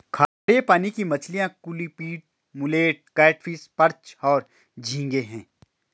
खारे पानी की मछलियाँ क्लूपीड, मुलेट, कैटफ़िश, पर्च और झींगे हैं